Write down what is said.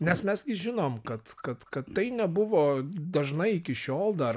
nes mes gi žinom kad kad kad tai nebuvo dažnai iki šiol dar